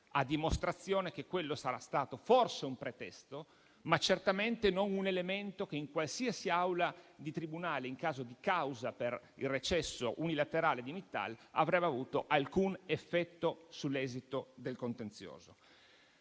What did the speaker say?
a dimostrazione che quello sarà stato forse un pretesto, ma certamente non un elemento che in qualsiasi aula di tribunale, in caso di causa per il recesso unilaterale di Mittal, avrebbe avuto alcun effetto sull'esito del contenzioso.